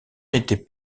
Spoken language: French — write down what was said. n’était